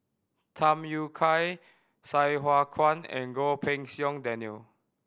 Tham Yui Kai Sai Hua Kuan and Goh Pei Siong Daniel